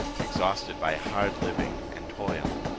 exhausted by hard living and toil.